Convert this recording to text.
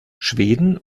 schweden